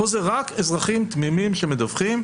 פה זה רק אזרחים תמימים שמדווחים.